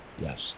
yes